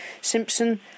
simpson